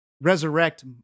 resurrect